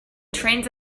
trains